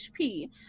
hp